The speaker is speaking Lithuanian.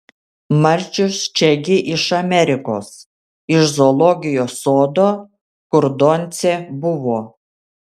marčius čia gi iš amerikos iš zoologijos sodo kur doncė buvo